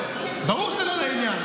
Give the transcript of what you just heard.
כי זה לא לעניין.